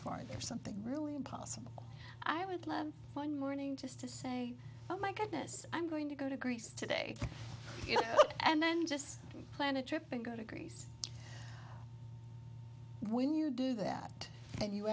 farther something really impossible i would love one morning just to say oh my goodness i'm going to go to greece today and then just plan a trip and go to greece when you do that and you